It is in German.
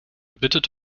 bittet